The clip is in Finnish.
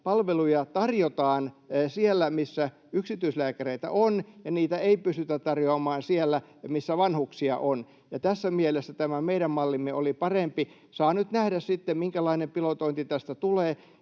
palveluja tarjotaan siellä, missä yksityislääkäreitä on, ja niitä ei pystytä tarjoamaan siellä, missä vanhuksia on. Tässä mielessä tämä meidän mallimme oli parempi. Saa nyt nähdä sitten, minkälainen pilotointi tästä tulee.